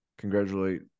congratulate